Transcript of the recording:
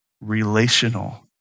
relational